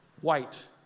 white